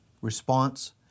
response